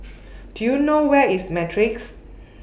Do YOU know Where IS Matrix